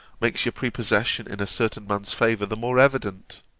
makes your prepossession in a certain man's favour the more evident.